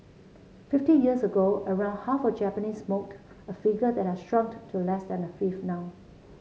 fifty years ago around half of Japanese smoked a figure that has shrunk to less than a fifth now